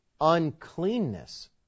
Uncleanness